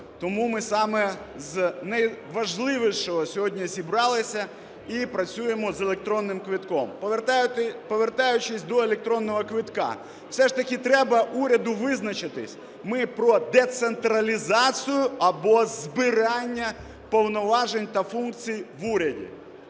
Тому ми саме з найважливішого сьогодні зібралися і працюємо з електронним квитком. Повертаючись до електронного квитка, все ж таки треба уряду визначитись: ми про децентралізацію або збирання повноважень та функцій в уряді?